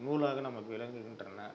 நூலாக நமக்கு விளங்குகின்றன